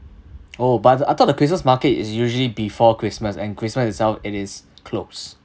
oh but I thought the christmas market is usually before christmas and christmas itself it is closed